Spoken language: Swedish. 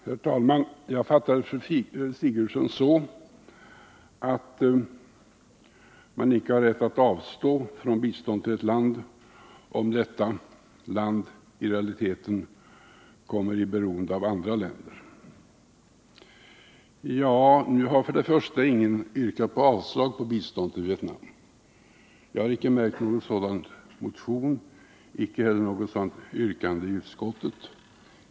Herr talman! Jag fattade fru Sigurdsen så, att man icke har rätt att avstå från bistånd till ett land, om detta land i realiteten kommer i beroende av andra länder. Nu har ingen yrkat avslag på biståndet till Vietnam. Jag har icke märkt någon sådan motion, icke heller något sådant yrkande i utskottet.